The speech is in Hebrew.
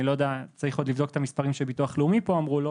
צריך עוד לבדוק את המספרים שביטוח לאומי פה אמרו,